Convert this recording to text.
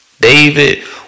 David